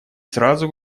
сразу